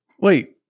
wait